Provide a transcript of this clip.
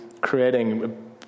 creating